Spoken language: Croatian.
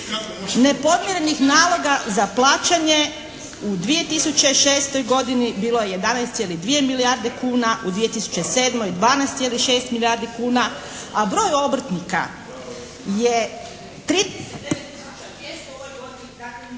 Nepodmirenih naloga za plaćanje u 2006. godini bilo je 11,2 milijarde kuna, u 2007. 12,6 milijardi kuna, a broj obrtnika je 39 …